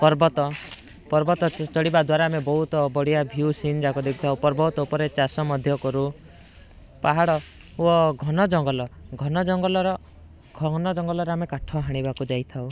ପର୍ବତ ପର୍ବତ ଚଢ଼ିବା ଦ୍ଵାରା ଆମେ ବହୁତ ବଢ଼ିଆ ଭିୟୁ ସିନ୍ ଯାକ ଦେଖିଥାଉ ପର୍ବତ ଉପରେ ଚାଷ ମଧ୍ୟ କରୁ ପାହାଡ଼ ଓ ଘନ ଜଙ୍ଗଲ ଘନ ଜଙ୍ଗଲର ଘନ ଜଙ୍ଗଲରେ ଆମେ କାଠ ହାଣିବାକୁ ଯାଇଥାଉ